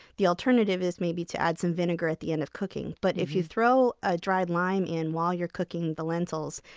the alternative is to add some vinegar at the end of cooking. but if you throw a dried lime in while you're cooking the lentils,